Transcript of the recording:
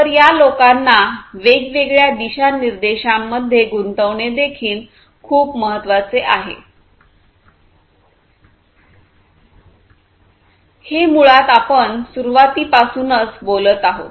तर या लोकांना वेगवेगळ्या दिशानिर्देशांमध्ये गुंतवणे देखील खूप महत्वाचे आहे हे मुळात आपण सुरुवातीपासूनच बोलत आहोत